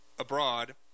abroad